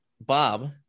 Bob